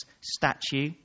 statue